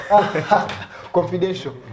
Confidential